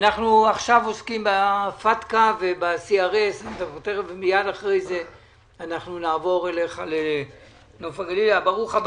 השמות באופן מדויק שאנחנו לא נטעה בעניין הזה.